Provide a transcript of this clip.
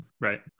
Right